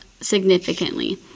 significantly